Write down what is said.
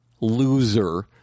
loser